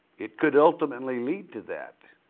it could ultimately lead to that,